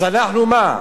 אז אנחנו, מה,